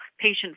patient